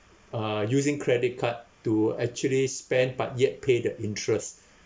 uh using credit card to actually spend but yet pay the interest